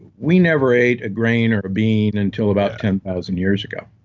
we never ate a grain or a bean until about ten thousand years ago.